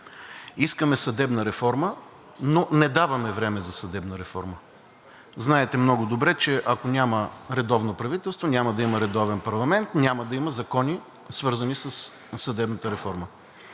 Искаме съдебна реформа, но не даваме време за съдебна реформа. Знаете много добре, че ако няма редовно правителство, няма да има редовен парламент, няма да има закони, свързани със съдебната реформа.